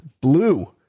Blue